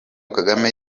kagame